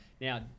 now